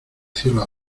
cielo